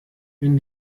wenn